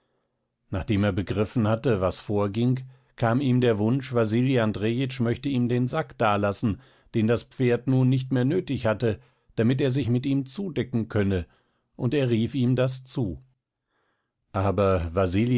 nachdem er begriffen hatte was vorging kam ihm der wunsch wasili andrejitsch möchte ihm den sack dalassen den das pferd nun nicht mehr nötig hatte damit er sich mit ihm zudecken könne und er rief ihm das zu aber